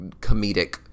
comedic